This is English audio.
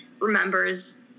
remembers